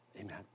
Amen